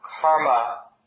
karma